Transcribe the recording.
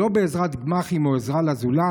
לא בעזרת גמ"חים או עזרה לזולת,